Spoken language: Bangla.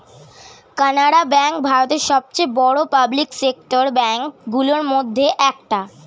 কানাড়া ব্যাঙ্ক ভারতের সবচেয়ে বড় পাবলিক সেক্টর ব্যাঙ্ক গুলোর মধ্যে একটা